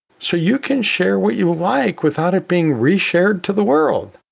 so you can share what you like without it being reshared to the world.